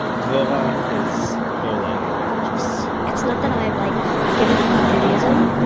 dvorah is no longer religious it's not that i've like given up on judaism,